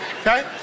okay